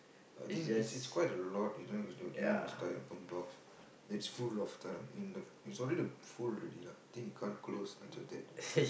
I think it's it's quite a lot you know giving this style of box it's full of time lah in the it's already full already lah think you can't close until that